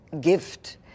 gift